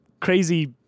crazy